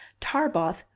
Tarboth